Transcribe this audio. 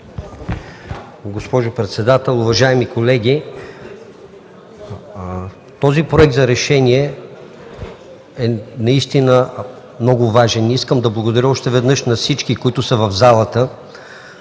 Госпожо председател, уважаеми колеги! Този проект за решение наистина е много важен. Искам да благодаря още веднъж на всички в залата.